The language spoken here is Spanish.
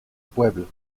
pueblo